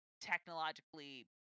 technologically